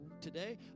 today